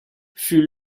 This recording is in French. fut